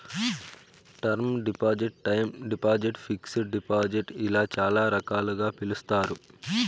term deposit time deposit fixed deposit ఇలా చాలా రకాలుగా పిలుస్తారు